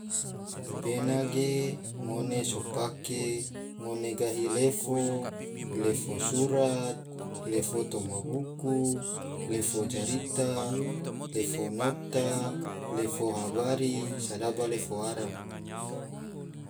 Pena ge ngone so pake ngone so pake ngone gahi lefo surat, lefo toma buku, lefo jarita, lefo nota, lefo habari, sedaba efo arab. 5